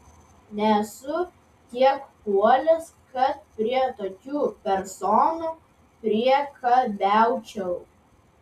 nesu tiek puolęs kad prie tokių personų priekabiaučiau